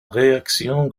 réaction